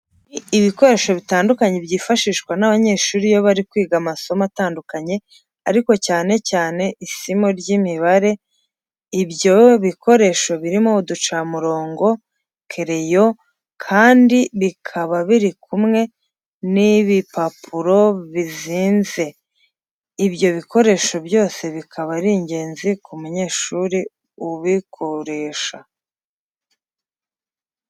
Ni ibikoresho bitandukanye byifashishwa n'abanyeshuri iyo bari kwiga amasomo atandukanye ariko cyane cyane isimo ry'Imibare. ibyo bikoresho birimo uducamirongo, kereyo, kandi bikaba biri kumwe n'ibipapuro bizinze. Ibyo bikoresho byose bikaba ari ingenzi ku munyeshuri ubukoresha.